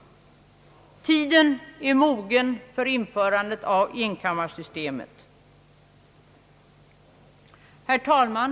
Tiden är mogen att införa enkammarsystemet. Herr talman!